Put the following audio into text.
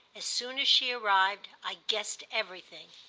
as soon as she arrived i guessed everything,